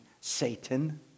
Satan